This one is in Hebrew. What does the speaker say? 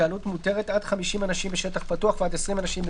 ""התקהלות מותרת" עד 50 אנשים בשטח פתוח ועד 20 אנשים במבנה,